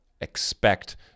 expect